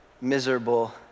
miserable